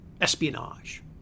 espionage